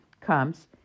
comes